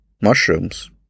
Mushrooms